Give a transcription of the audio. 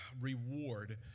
reward